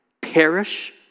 perish